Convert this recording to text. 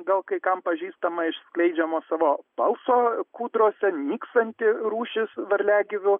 gal kai kam pažįstama iš skleidžiamo savo balso kūdrose nykstanti rūšis varliagyvių